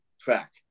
Track